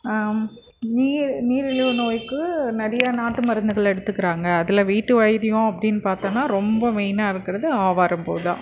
நீர் நீரிழிவு நோய்க்கு நிறைய நாட்டு மருந்துகள் எடுத்துக்கிறாங்க அதில் வீட்டு வைத்தியம் அப்படின்னு பார்த்தோம்னா ரொம்ப மெயினாக இருக்கிறது ஆவாரம் பூ தான்